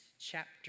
chapter